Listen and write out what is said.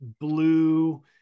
blue